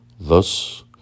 Thus